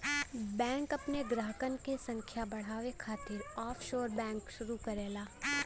bank अपने ग्राहकन क संख्या बढ़ावे खातिर ऑफशोर बैंक शुरू करला